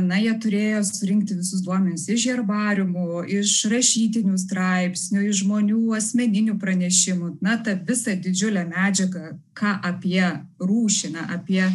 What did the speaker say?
na jie turėjo susirinkti visus duomenis iš herbariumų iš rašytinių straipsnių iš žmonių asmeninių pranešimų na tą visą didžiulę medžiagą ką apie rūšį na apie